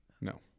No